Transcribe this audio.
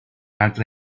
altre